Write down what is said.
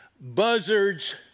Buzzards